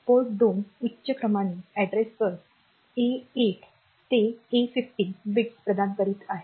port 2 उच्च क्रमाने address bus A 8 ते A 15 बिट्स प्रदान करीत आहे